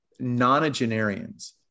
nonagenarians